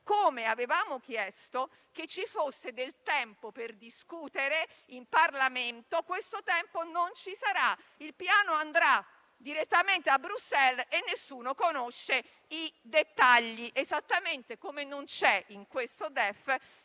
come avevamo chiesto che ci fosse del tempo per discuterne in Parlamento. Questo tempo, però, non ci sarà: il piano andrà direttamente a Bruxelles e nessuno conosce i dettagli, esattamente come, in questo DEF,